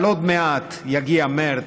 אבל עוד מעט יגיע מרס,